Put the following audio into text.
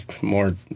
More